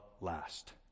last